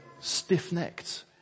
stiff-necked